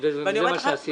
וזה מה שעשיתי.